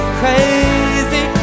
crazy